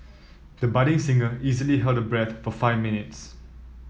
the budding singer easily held her breath for five minutes